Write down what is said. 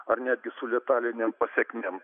ar netgi su letalinėm pasekmėm